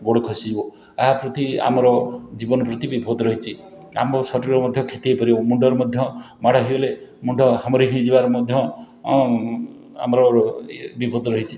ଗୋଡ଼ ଖସିଯିବ ଆ ପ୍ରତି ଆମର ଜୀବନ ପ୍ରତି ବିପଦ ରହିଛି ଆମ ଶରୀରର ମଧ୍ୟ କ୍ଷତି ହେଇପାରିବ ମୁଣ୍ଡରେ ମଧ୍ୟ ମାଡ଼ ହେଇଗଲେ ମୁଣ୍ଡ ହାମରେଜ୍ ହେଇଯିବାର ମଧ୍ୟ ଆମର ଇଏ ବିପଦ ରହିଛି